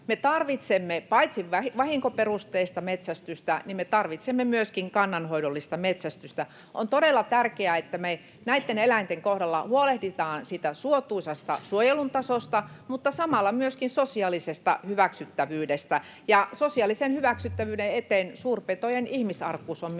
me tarvitsemme paitsi vahinkoperusteista myös kannanhoidollista metsästystä. On todella tärkeää, että me näitten eläinten kohdalla huolehditaan siitä suotuisasta suojelun tasosta mutta samalla myöskin sosiaalisesta hyväksyttävyydestä. Sosiaalisen hyväksyttävyyden eteen suurpetojen ihmisarkuus on myöskin